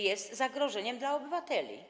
Jest to zagrożenie dla obywateli.